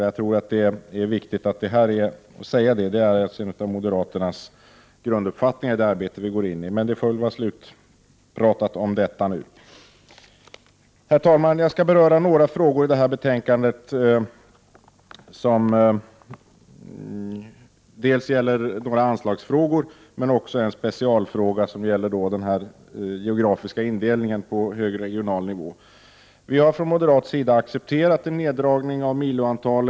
Jag tror att det är viktigt att säga detta. Det är ju en av moderaternas grunduppfattningar om det arbete som vi går in i. Men nog om detta. Herr talman! Jag skall så beröra några frågor som tas upp i detta betänkande. Det gäller då dels några anslagsfrågor, dels en specialfråga om den geografiska indelningen på hög regional nivå. Vi moderater har accepterat en neddragning av antalet milon och i Prot.